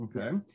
okay